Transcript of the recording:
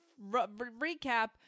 recap